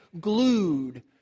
glued